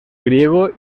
griego